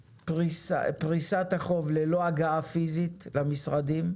פריסת החוב ללא הגעה פיזית למשרדים.